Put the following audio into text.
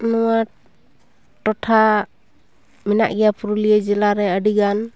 ᱱᱚᱣᱟ ᱴᱚᱴᱷᱟ ᱢᱮᱱᱟᱜ ᱜᱮᱭᱟ ᱯᱩᱨᱩᱞᱤᱭᱟᱹ ᱡᱮᱞᱟᱨᱮ ᱟᱹᱰᱤᱜᱟᱱ